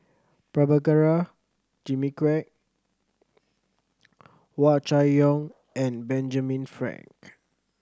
Prabhakara Jimmy Quek Hua Chai Yong and Benjamin Frank